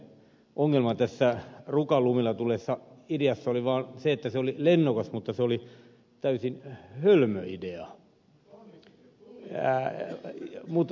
ongelma tässä rukan lumilla tulleessa ideassa oli vaan se että se oli lennokas mutta täysin hölmö idea